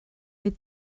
with